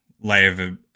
layer